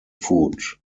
foot